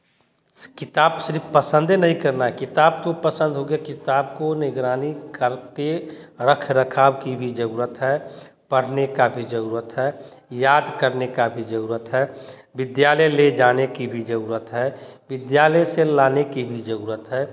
किताब सिर्फ़ पसंद ही नहीं करना है किताब तो पसंद हो गया किताब को निगरानी कर के रख रखाव की भी ज़रूरत है पढ़ने का भी ज़रूरत है याद करने का भी ज़रूरत है बिद्यालय ले जाने की भी ज़रूरत है विद्यालय से लाने की भी ज़रूरत है